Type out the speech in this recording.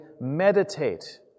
meditate